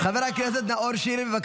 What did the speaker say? לכם יש --- 144 דונם הם למוסלמים.